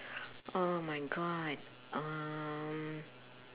oh my god um